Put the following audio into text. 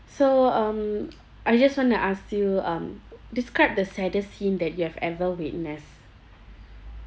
so um I just want to ask you um describe the saddest scene that you've ever witnessed